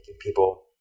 people